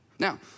Now